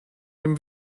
dem